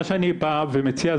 מה שאני בא ומציע,